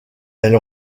elle